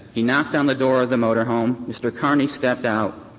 he knocked on the door of the motor home. mr. carney stepped out.